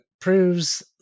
proves